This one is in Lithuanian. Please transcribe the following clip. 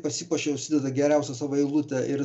pasipuošia užsideda geriausią savo eilutę ir